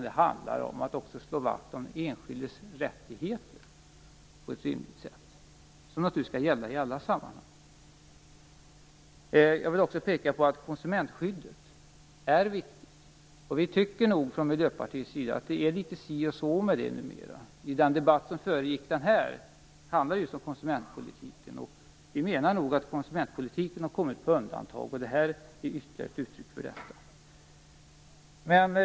Det handlar om att slå vakt om den enskildes rättigheter på ett rimligt sätt. Det är naturligtvis något som skall gälla i alla sammanhang. Jag vill också peka på att konsumentskyddet är viktigt. Från Miljöpartiets sida tycker vi nog att det är litet si och så med det numera. Den debatt som föregick den här handlade just om konsumentpolitiken. Vi menar att konsumentpolitiken har kommit på undantag. Det här är ytterligare ett uttryck för det.